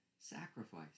sacrifice